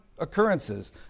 occurrences